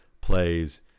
plays